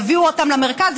יביאו אותם למרכז.